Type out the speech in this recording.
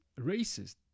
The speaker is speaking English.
racist